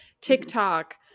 TikTok